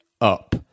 up